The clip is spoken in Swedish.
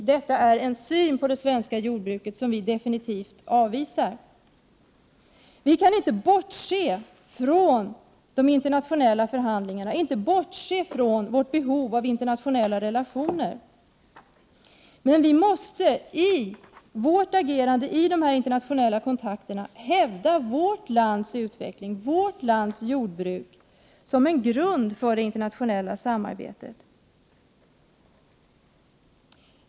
Detta är en syn på det svenska jordbruket som vi absolut avvisar. Vi kan inte bortse från de internationella förhandlingarna och från vårt behov av internationella relationer. Men vi måste i vårt agerande vid dessa internationella kontakter hävda vårt lands utveckling, vårt lands jordbruk, som en grund för det internationella samarbetet.